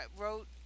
wrote